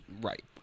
Right